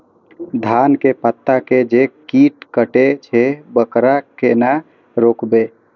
धान के पत्ता के जे कीट कटे छे वकरा केना रोकबे?